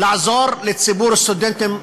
לעזור לציבור הסטודנטים,